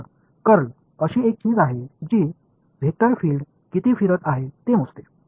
तर कर्ल अशी एक चीज आहे जी वेक्टर फील्ड किती फिरत आहे हे मोजते